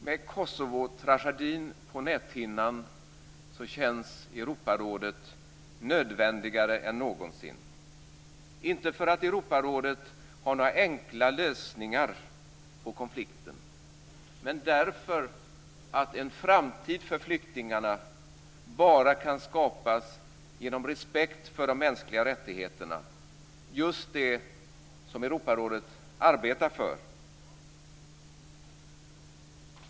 Med Kosovotragedin på näthinnan känns Europarådet nödvändigare än någonsin, inte därför att Europarådet har några enkla lösningar på konflikten men därför att en framtid för flyktingarna bara kan skapas genom respekt för de mänskliga rättigheterna - just det som Europarådet arbetar för.